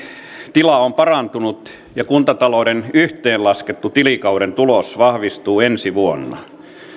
tila on parantunut ja kuntatalouden yhteenlaskettu tilikauden tulos vahvistuu ensi vuonna